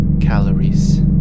calories